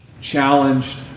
challenged